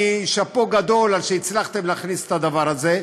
שאפו גדול על שהצלחתם להכניס את הדבר הזה,